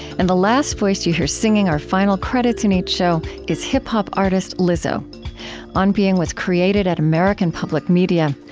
and the last voice that you hear singing our final credits in each show is hip-hop artist lizzo on being was created at american public media.